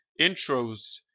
intros